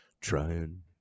trying